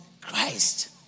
Christ